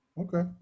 Okay